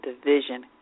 Division